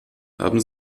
haben